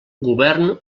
govern